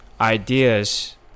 ideas